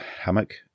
Hammock